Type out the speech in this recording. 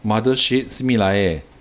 Mothership simi lai eh